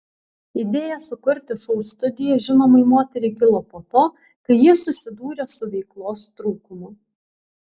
idėja sukurti šou studiją žinomai moteriai kilo po to kai ji susidūrė su veiklos trūkumu